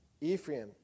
Ephraim